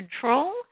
control